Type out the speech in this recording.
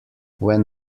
when